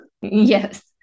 Yes